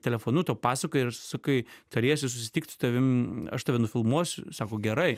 telefonu tau pasakoja ir sakai turėsiu susitikt su tavim aš tave nufilmuosiu sako gerai